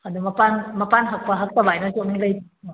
ꯑꯗꯣ ꯃꯄꯥꯟ ꯃꯄꯥꯟ ꯍꯛꯄ ꯍꯛꯇꯕ ꯍꯥꯏꯅꯁꯨꯨ ꯑꯃꯨꯛ ꯂꯩꯔꯤꯕꯣ